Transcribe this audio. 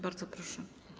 Bardzo proszę.